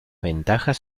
ventajas